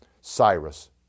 Cyrus